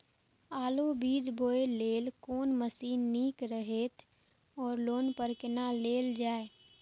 आलु बीज बोय लेल कोन मशीन निक रहैत ओर लोन पर केना लेल जाय?